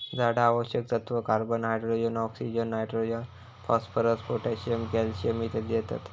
झाडा आवश्यक तत्त्व, carbon, hydrogen, oxygen, nitrogen, phosphorus, potassium, calcium इत्यादी देतत